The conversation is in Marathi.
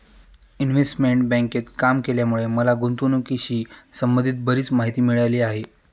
इन्व्हेस्टमेंट बँकेत काम केल्यामुळे मला गुंतवणुकीशी संबंधित बरीच माहिती मिळाली आहे